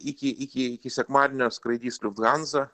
iki iki iki sekmadienio skraidys lufthansa